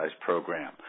program